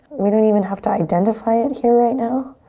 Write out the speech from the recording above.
we don't even have to identify it here right now.